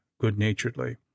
good-naturedly